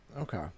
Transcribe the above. Okay